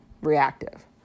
reactive